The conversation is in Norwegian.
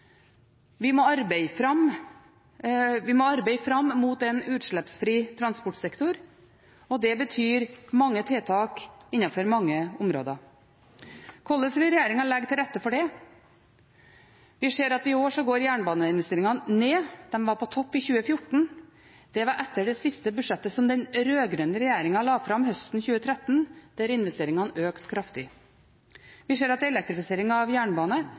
Vi må arbeide fram mot en utslippsfri transportsektor, og det betyr mange tiltak innenfor mange områder. Hvorledes vil regjeringen legge til rette for det? Vi ser at i år går jernbaneinvesteringene ned. De var på topp i 2014, det var etter det siste budsjettet som den rød-grønne regjeringen la fram høsten 2013, der investeringene økte kraftig. Vi ser at elektrifisering av